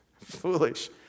Foolish